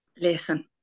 Listen